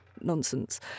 nonsense